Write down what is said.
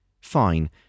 Fine